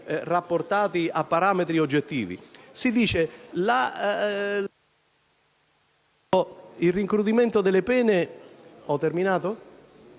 rapportati a parametri oggettivi. Si dice che il rincrudimento delle pene è insufficiente.